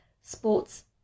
sports